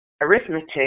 arithmetic